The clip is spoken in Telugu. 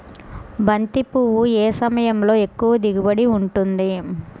బంతి పువ్వు ఏ సమయంలో ఎక్కువ దిగుబడి ఉంటుంది?